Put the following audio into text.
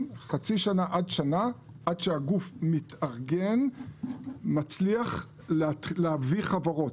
עד שהגוף מתארגן ומצליח להביא חברות.